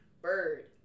Bird